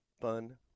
fun